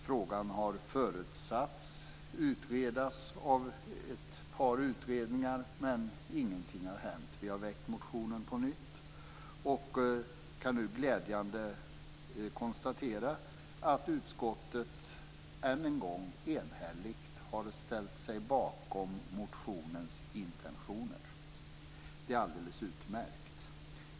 Frågan har förutsatts utredas av ett par utredningar, men ingenting har hänt. Vi har väckt motionen på nytt. Det är glädjande att vi nu kan konstatera att utskottet än en gång enhälligt har ställt sig bakom motionens intentioner. Det är alldeles utmärkt.